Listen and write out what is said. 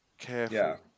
Careful